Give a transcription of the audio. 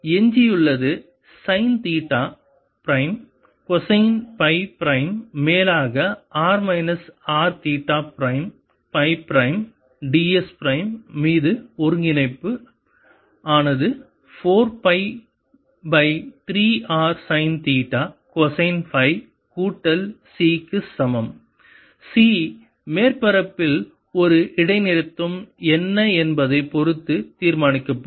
எஞ்சியுள்ளது sine theta prime cosine psi prime மேலாக r minus R theta prime psi prime ds prime மீது ஒருங்கிணைப்பு ஆனது 4 psi pi 3 r sine theta cosine psi கூட்டல் C க்கு சமம் C மேற்பரப்பில் ஒரு இடைநிறுத்தம் என்ன என்பதை பொருத்து தீர்மானிக்கப்படும்